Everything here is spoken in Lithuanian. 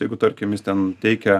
jeigu tarkim jis ten teikia